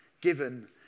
given